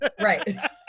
Right